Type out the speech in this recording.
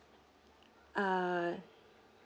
uh